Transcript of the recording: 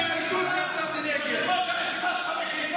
אותם פעם